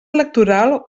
electoral